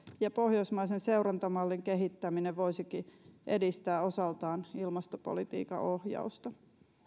ja pohjoismaisen seurantamallin kehittäminen voisikin edistää osaltaan ilmastopolitiikan ohjausta